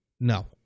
No